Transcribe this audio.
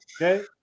Okay